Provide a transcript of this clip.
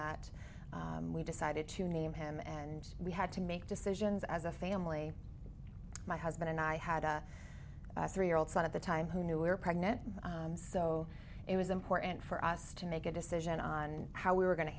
that we decided to name him and we had to make decisions as a family my husband and i had a three year old son at the time who knew we were pregnant so it was important for us to make a decision on how we were going to